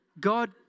God